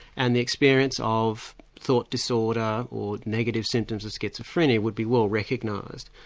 and the experience of thought disorder or negative symptoms of schizophrenia would be well recognised.